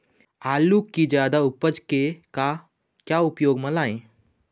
आलू कि जादा उपज के का क्या उपयोग म लाए?